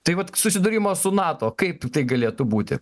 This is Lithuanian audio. tai vat susidūrimas su nato kaip tai galėtų būti